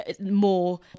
more